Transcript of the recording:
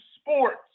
sports